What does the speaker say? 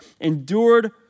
endured